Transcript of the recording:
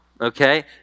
okay